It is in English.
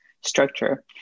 structure